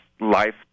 life